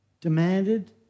demanded